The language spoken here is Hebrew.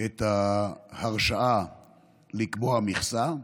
ההרשאה לקבוע מכסה.